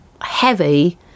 heavy